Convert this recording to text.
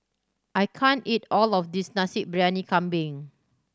I can't eat all of this Nasi Briyani Kambing